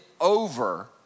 over